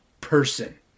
person